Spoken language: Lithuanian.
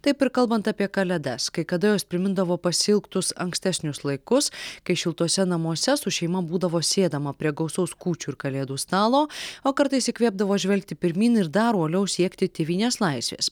taip ir kalbant apie kalėdas kai kada jos primindavo pasiilgtus ankstesnius laikus kai šiltuose namuose su šeima būdavo sėdama prie gausaus kūčių ir kalėdų stalo o kartais įkvėpdavo žvelgti pirmyn ir dar uoliau siekti tėvynės laisvės